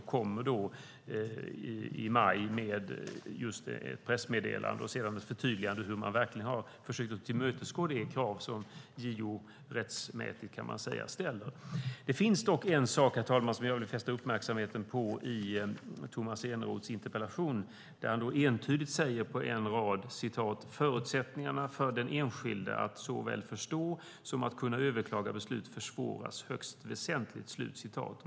Man kom i maj med ett pressmeddelande och sedan ett förtydligande om hur man verkligen har försökt att tillmötesgå de krav som JO rättmätigt, kan man säga, ställer. Det finns dock en sak, herr talman, som jag vill fästa uppmärksamheten på i Tomas Eneroths interpellation. Han säger entydigt på en rad så här: "Förutsättningarna för den enskilde att såväl förstå som kunna överklaga beslutet försvåras högst väsentligt."